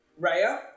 Raya